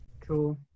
cool